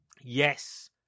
Yes